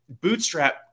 bootstrap